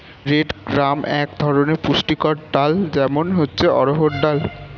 red gram এক ধরনের পুষ্টিকর ডাল, যেমন হচ্ছে অড়হর ডাল